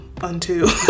unto